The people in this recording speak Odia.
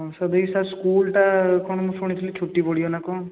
ହଁ ସାର୍ ଏଇ ସାର୍ ସ୍କୁଲ୍ ଟା କ'ଣ ମୁଁ ଶୁଣିଥିଲି ଛୁଟି ପଡ଼ିବ ନା କ'ଣ